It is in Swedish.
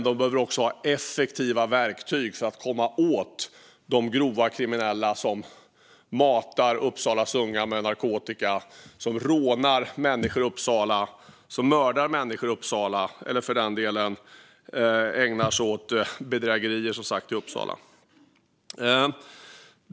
De behöver också ha effektiva verktyg för att komma åt de grovt kriminella som matar Uppsalas unga med narkotika, som rånar människor i Uppsala, som mördar människor i Uppsala eller för den delen ägnar sig åt bedrägerier i Uppsala.